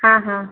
હા હા